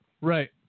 Right